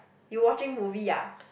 you watching movie ah